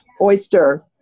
Oyster